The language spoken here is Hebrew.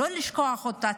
לא לשכוח אותה.